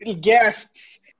guests